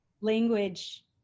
language